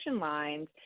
lines